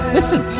Listen